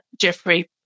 Jeffrey